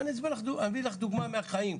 ואני אביא לך דוגמה מהחיים.